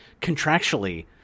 contractually